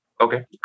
Okay